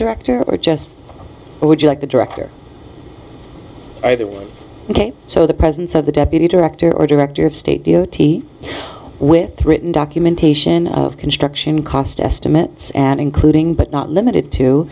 director or just would you like the director over ok so the presence of the deputy director or director of state d o t with written documentation of construction cost estimates and including but not limited to